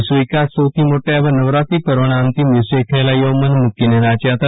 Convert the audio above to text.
વિશ્વ વિખ્યાત સૌથી મોટા એવા નવરાત્રી પર્વના અંતિમ દિવસે ખેલૈથાઓ મન મુકીને નાચ્યા હતા